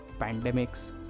Pandemics